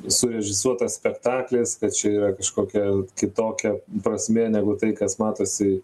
surežisuotas spektaklis kad čia yra kažkokia kitokia prasmė negu tai kas matosi